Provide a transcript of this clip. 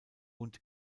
und